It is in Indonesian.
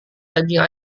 daging